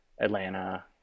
Atlanta